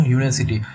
University